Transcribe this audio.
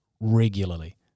regularly